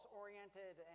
oriented